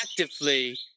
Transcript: actively